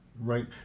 Right